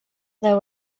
there